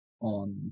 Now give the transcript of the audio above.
on